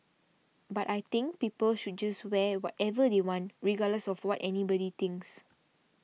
but I think people should just wear whatever they want regardless of what anybody thinks